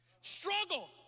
Struggle